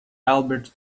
albert